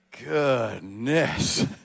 Goodness